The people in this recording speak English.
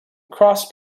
cross